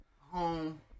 home